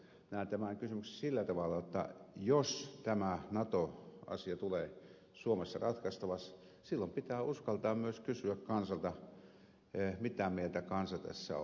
näen tämän kysymyksen sillä tavalla jotta jos tämä nato asia tulee suomessa ratkaistavaksi silloin pitää uskaltaa myös kysyä kansalta mitä mieltä kansa tästä on